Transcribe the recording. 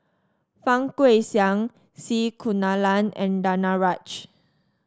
Fang Guixiang C Kunalan and Danaraj